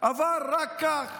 אבל רק כך